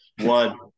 One